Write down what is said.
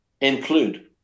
include